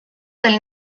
del